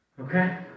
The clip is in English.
Okay